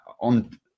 on